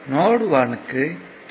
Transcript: note 1 க்கு K